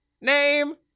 name